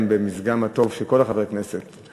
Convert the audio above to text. גם במזגם הטוב של כל חברי הכנסת.